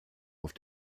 auf